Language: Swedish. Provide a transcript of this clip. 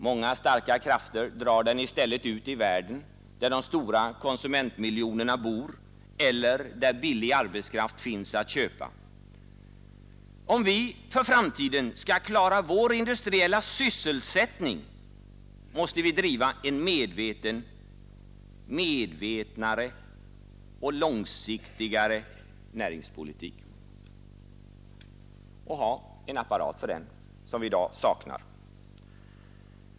Många starka krafter drar den i stället ut i världen där de många konsumentmiljonerna bor eller där billig arbetskraft finns att köpa. Om vi för framtiden skall klara vår industriella sysselsättning, måste vi driva en medvetnare och långsiktigare näringspolitik och ha en apparat för den som vi i dag saknar.